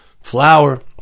flour